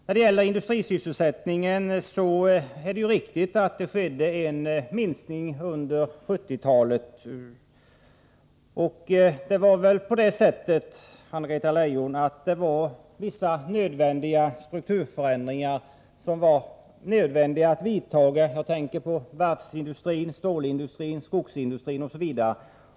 När det gäller industrisysselsättningen är det riktigt att det skedde en minskning under 1970-talet. Det var väl på det sättet, Anna-Greta Leijon, att vissa strukturförändringar var nödvändiga att vidta. Jag tänker på varvsindustrin, stålindustrin, skogsindustrin osv.